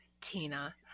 Tina